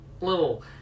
little